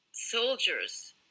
soldiers